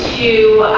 you